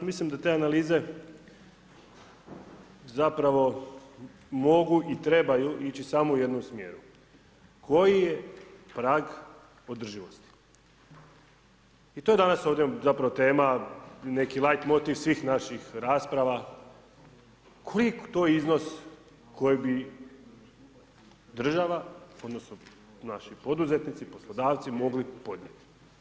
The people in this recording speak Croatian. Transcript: Mislim da te analize zapravo mogu i trebaju ići samo u jednom smjeru, koji je prag održivosti i je to danas ovdje zapravo tema neki lajtmotiv svih naših rasprava, koji je to iznos koji bi država odnosno naši poduzetnici, poslodavci, mogli podnijeti?